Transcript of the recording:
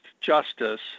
justice